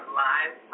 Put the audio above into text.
live